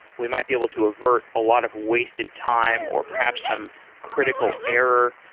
we might be able to avert a lot of wasted time or perhaps some critical error.